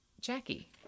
Jackie